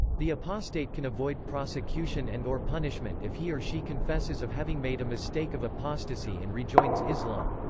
the apostate can avoid prosecution and or punishment if he or she confesses of having made a mistake of apostasy and rejoins islam.